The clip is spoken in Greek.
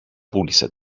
πούλησε